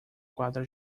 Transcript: quadra